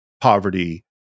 poverty